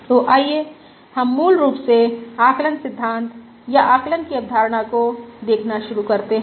तो आइए हम मूल रूप से आकलन सिद्धांत या आकलन की अवधारणा को देखना शुरू करते हैं